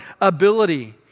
ability